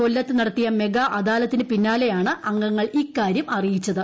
കൊല്ലത്ത് നടത്തിയ മെഗാ അദാലത്തിന് പിന്നാലെയാണ് അംഗങ്ങൾ ഇക്കാര്യം അറിയിച്ചത്